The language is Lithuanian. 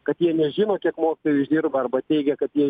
kad jie nežino kiek mokytojai uždirba arba teigia kad jie